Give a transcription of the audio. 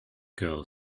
girl